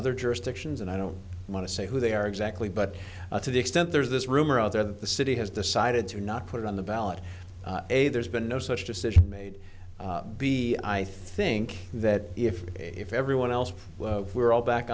other jurisdictions and i don't want to say who they are exactly but to the extent there's this rumor out there that the city has decided to not put on the ballot a there's been no such decision made be i think that if if everyone else were all back